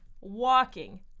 walking